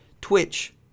twitch